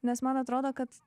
nes man atrodo kad